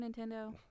Nintendo